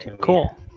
Cool